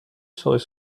serait